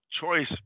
choice